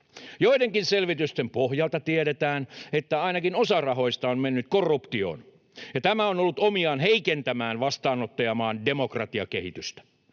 Joidenkin selvitysten pohjalta tiedetään, että ainakin osa rahoista on mennyt korruptioon, ja tämä on ollut omiaan heikentämään vastaanottajamaan demokratiakehitystä.